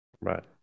Right